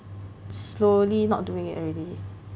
slowly not doing it already